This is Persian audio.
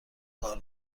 کار